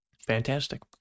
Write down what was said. fantastic